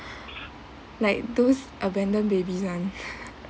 like those abandoned babies [one]